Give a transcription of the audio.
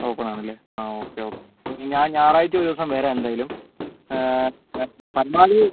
open ആണ് അല്ലേ ആ ഓക്കെ എങ്കിൽ ഞാൻ ഞായറാഴ്ച്ച ഒരു ദിവസം വരാം എന്തായാലും പരമാവധി